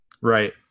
Right